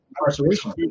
incarceration